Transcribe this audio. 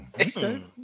Okay